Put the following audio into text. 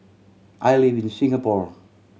I live in Singapore